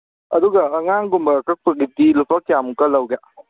ꯑꯗꯨꯒ ꯑꯉꯥꯡꯒꯨꯝꯕ ꯀꯛꯄꯒꯤꯗꯤ ꯂꯨꯄꯥ ꯀꯌꯥꯃꯨꯛꯀ ꯂꯧꯒꯦ